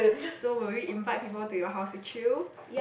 so will you invite people to your house to chill